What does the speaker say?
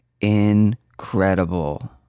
incredible